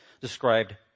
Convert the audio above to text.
described